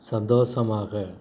சந்தோஷமாக